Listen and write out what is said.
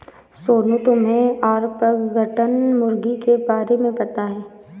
सोनू, तुम्हे ऑर्पिंगटन मुर्गी के बारे में पता है?